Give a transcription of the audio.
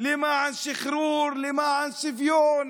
למען שחרור, למען שוויון.